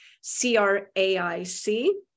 C-R-A-I-C